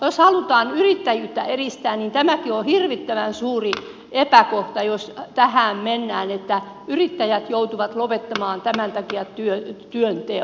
jos halutaan yrittäjyyttä edistää niin tämäkin on hirvittävän suuri epäkohta jos tähän mennään että yrittäjät joutuvat lopettamaan tämän takia työnteon